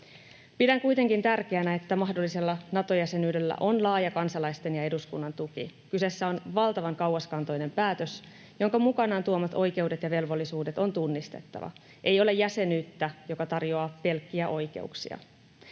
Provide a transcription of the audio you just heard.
Pidän kuitenkin tärkeänä, että mahdollisella Nato-jäsenyydellä on laaja kansalaisten ja eduskunnan tuki. Kyseessä on valtavan kauaskantoinen päätös, jonka mukanaan tuomat oikeudet ja velvollisuudet on tunnistettava. Ei ole jäsenyyttä, joka tarjoaa pelkkiä oikeuksia.